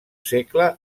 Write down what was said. segle